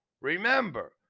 Remember